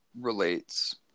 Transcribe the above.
relates